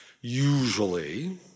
Usually